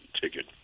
ticket